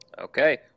Okay